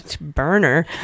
burner